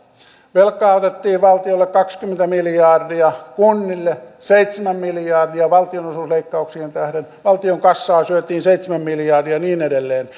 velkaa otettiin valtiolle kaksikymmentä miljardia kunnille seitsemän miljardia valtionosuusleikkauksien tähden valtion kassaa syötiin seitsemän miljardia ja niin edelleen